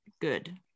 good